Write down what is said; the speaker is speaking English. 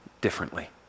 Differently